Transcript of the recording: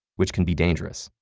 which can be dangerous.